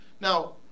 Now